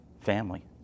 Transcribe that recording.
family